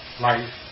life